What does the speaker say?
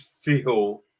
feel